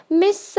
miss